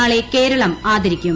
നാളെ കേരളം ആദരിക്കും